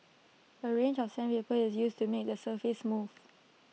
A range of sandpaper is used to make the surface smooth